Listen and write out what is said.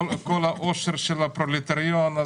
כל העושר של הפרולטריון.